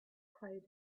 cloud